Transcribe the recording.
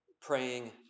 praying